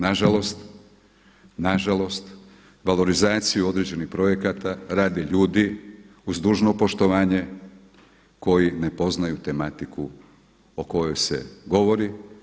Nažalost, nažalost valorizaciju određenih projekata rade ljudi uz dužno poštovanje koji ne poznaju tematiku o kojoj se govori.